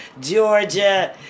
Georgia